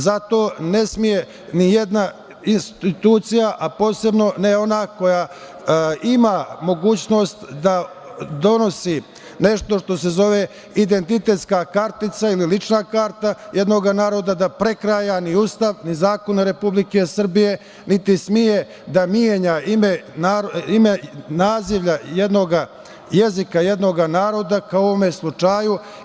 Zato ne sme nijedna institucija, a posebno ne ona koja ima mogućnost da donosi nešto što se zove identitetska kartica ili lična karta jednog naroda da prekraja ni Ustav ni zakone Republike Srbije, niti sme da menja ime jednog jezika jednoga naroda, kao u ovom slučaju.